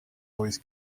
always